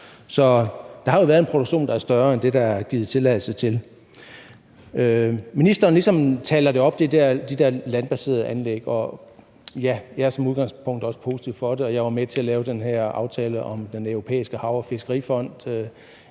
Så der har jo været en produktion, der er større end den, der er givet tilladelse til. Ministeren taler ligesom de der landbaserede anlæg op. Jeg er som udgangspunkt også positiv over for dem, og jeg var med til at lave den her aftale om Den Europæiske Hav- og Fiskerifond i